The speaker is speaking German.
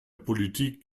politik